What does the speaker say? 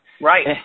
Right